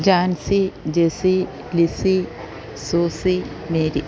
Jancy Jessy Lissy Susie Mary